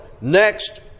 Next